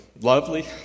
lovely